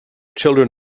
children